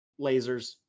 lasers